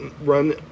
run